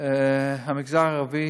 המגזר הערבי